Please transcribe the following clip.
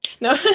No